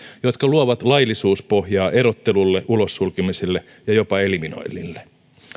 jotka luovat laillisuuspohjaa erottelulle ulossulkemiselle ja jopa eliminoinnille